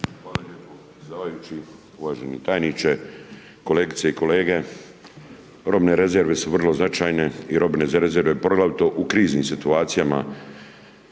predsjedavajući, uvaženi tajniče, kolegice i kolege. Robne rezerve su vrlo značajne i robne rezerve, poglavito u kriznim situacijama,